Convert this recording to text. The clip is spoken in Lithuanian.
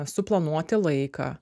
suplanuoti laiką